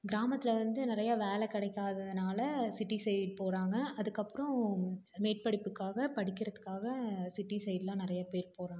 கிராமத்தில் வந்து நிறைய வேலை கிடைக்காததுனால சிட்டி சைட் போகறாங்க அதுக்கப்புறோம் மேற்படிப்புக்காக படிக்கிறத்துக்காக சிட்டி சைட் எல்லாம் நிறைய பேர் போகறாங்க